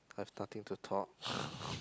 I've nothing to talk